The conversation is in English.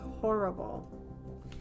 horrible